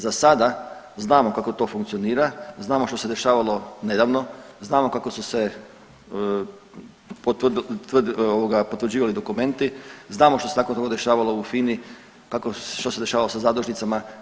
Za sada znamo kako to funkcionira, znamo što se dešavalo nedavno, znamo kako su se ovoga potvrđivali dokumenti, znamo što se nakon toga dešavalo u FINI kao, što se dešavalo sa zadužnicama.